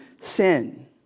sin